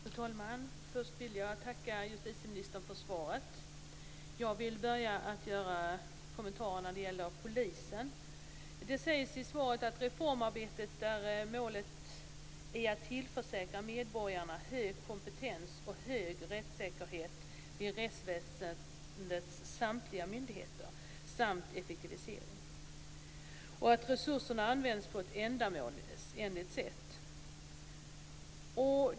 Fru talman! Först vill jag tacka justitieministern för svaret. Jag vill börja med att göra kommentarer när det gäller polisen. Det sägs i svaret att för reformarbetet är målet att tillförsäkra medborgarna hög kompetens och hög rättssäkerhet vid rättsväsendets samtliga myndigheter samt effektivisering och att resurserna används på ett ändamålsenligt sätt.